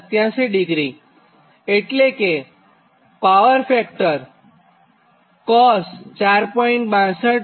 87 છે તો power factor cos 4